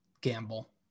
gamble